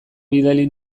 bidali